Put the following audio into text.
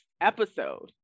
episode